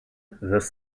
thus